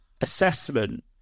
assessment